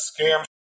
scam